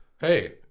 Hey